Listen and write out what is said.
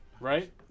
Right